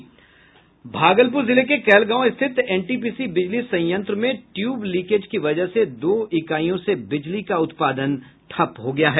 भागलपुर जिले के कहलगांव स्थित एनटीपीसी बिजली संयंत्र में ट्यूब लिकेज की वजह से दो इकाईयों से बिजली का उत्पादन ठप हो गया है